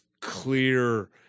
clear